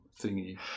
thingy